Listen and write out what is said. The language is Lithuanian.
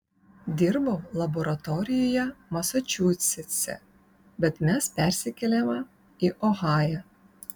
dirbau laboratorijoje masačusetse bet mes persikėlėme į ohają